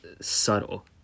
subtle